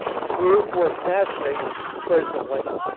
booth will assassinate president lincoln.